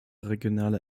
regionale